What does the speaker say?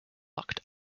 locked